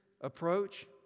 approach